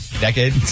decade